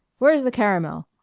where's the caramel?